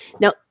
Now